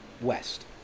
west